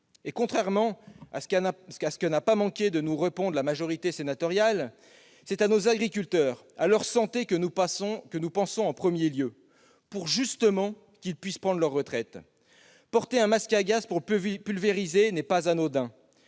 Contrairement à ce que n'a pas manqué de nous opposer la majorité sénatoriale, c'est à nos agriculteurs, à leur santé que nous pensons en premier lieu, afin justement qu'ils puissent prendre leur retraite. Porter un masque à gaz pour pulvériser n'est pas anodin